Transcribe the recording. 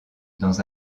dans